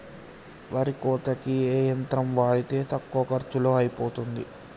వరి కోతకి ఏ యంత్రం వాడితే తక్కువ ఖర్చులో అయిపోతుంది?